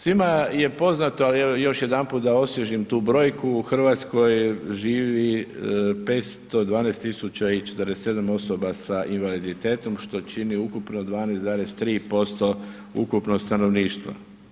Svima je poznato ali još jedanput da osvježim tu brojku, u Hrvatskoj živi 512,47 osoba sa invaliditetom što čini ukupno 12,3% ukupnog stanovništva.